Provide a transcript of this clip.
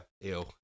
Ew